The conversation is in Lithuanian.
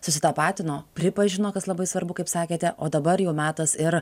susitapatino pripažino kas labai svarbu kaip sakėte o dabar jau metas ir